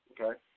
okay